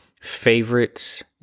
favorites